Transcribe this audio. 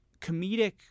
comedic